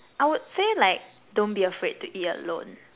I would say like don't be afraid to eat alone